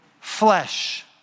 flesh